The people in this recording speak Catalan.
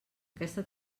aquesta